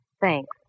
Thanks